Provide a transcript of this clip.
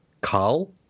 Carl